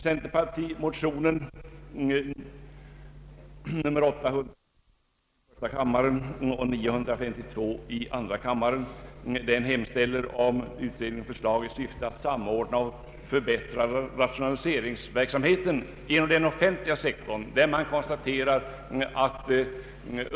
Centerpartimotionerna +1:807 och II: 952 hemställer om utredning och förslag i syfte att samordna och förbättra rationaliseringsverksamheten inom den offentliga sektorn.